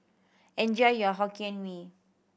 enjoy your Hokkien Mee